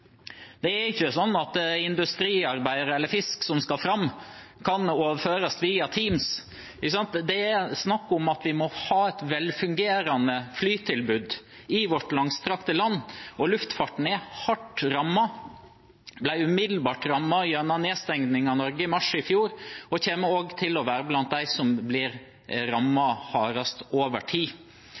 Det er ikke sånn at industriarbeidere eller fisk som skal fram, kan overføres via Teams. Det er snakk om at vi må ha et velfungerende flytilbud i vårt langstrakte land. Luftfarten er hardt rammet. Den ble umiddelbart rammet gjennom nedstengningen av Norge i mars i fjor og kommer også til å være blant de næringene som blir hardest rammet over tid.